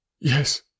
Yes